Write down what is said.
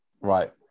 right